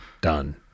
Done